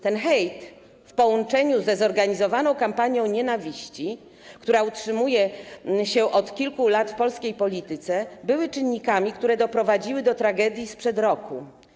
Ten hejt i zorganizowana kampania nienawiści, która utrzymuje się od kilku lat w polskiej polityce, były czynnikami, które doprowadziły do tragedii sprzed roku.